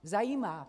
Zajímá.